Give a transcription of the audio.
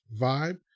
vibe